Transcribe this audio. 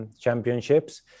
championships